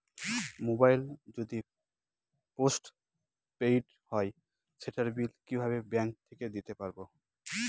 Mobile যদি postpaid হয় সেটার বিল কিভাবে ব্যাংক থেকে দিতে পারব?